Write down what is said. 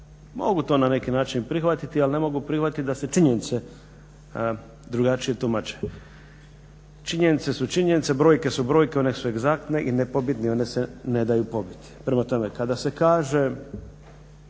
Mogu to na neki način prihvatiti ali ne mogu prihvatiti da se činjenice drugačije tumače. Činjenice su činjenice, brojke su brojke, one su egzaktne i … ne daju pobiti. Prema tome kada se kaže